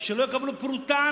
שלא יקבלו פרוטה,